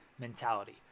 mentality